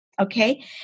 Okay